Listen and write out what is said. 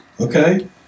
Okay